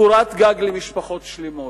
קורת-גג למשפחות שלמות.